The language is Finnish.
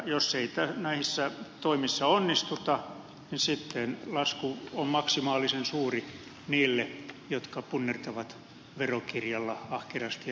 jos ei näissä toimissa onnistuta sitten lasku on maksimaalisen suuri niille jotka punnertavat verokirjalla ahkerasti ja rehellisesti töitä